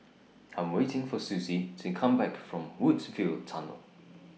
I'm waiting For Suzy to Come Back from Woodsville Tunnel